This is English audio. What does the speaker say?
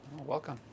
Welcome